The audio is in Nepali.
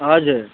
हजुर